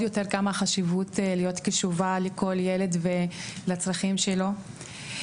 יותר מה היא החשיבות להיות קשובה לכל ילד ולצרכים שלו.